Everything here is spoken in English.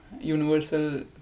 universal